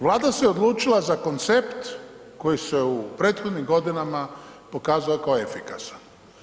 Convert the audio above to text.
Vlada se odlučila za koncept koji se u prethodnim godinama pokazao kao efikasan.